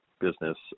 business